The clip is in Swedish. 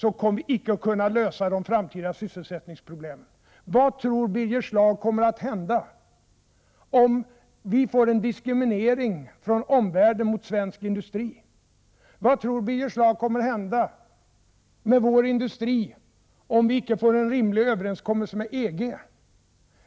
Vi kommer inte att kunna lösa de framtida sysselsättningsproblemen även om vi isolerar oss. Vad tror Birger Schlaug kommer att hända om vi från omvärlden blir utsatta för en diskriminering av svensk industri? Vad tror Birger Schlaug kommer att hända med vår industri om vi icke får en rimlig överenskommelse med EG?